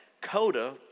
CODA